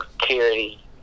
security